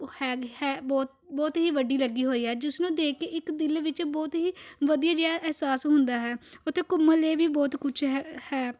ਹੈਗ ਹੈ ਬਹੁਤ ਬਹੁਤ ਹੀ ਵੱਡੀ ਲੱਗੀ ਹੋਈ ਹੈ ਜਿਸ ਨੂੰ ਦੇਖ ਕੇ ਇੱਕ ਦਿਲ ਵਿੱਚ ਬਹੁਤ ਹੀ ਵਧੀਆ ਜਿਹਾ ਅਹਿਸਾਸ ਹੁੰਦਾ ਹੈ ਉੱਥੇ ਘੁੰਮਣ ਲਈ ਵੀ ਬਹੁਤ ਕੁਝ ਹੈ ਹੈ